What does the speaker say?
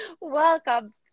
Welcome